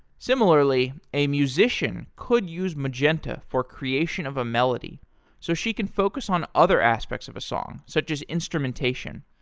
similarly, a musician could use magenta for creation of a melody so she can focus on other aspects of a song, such as instrumentation.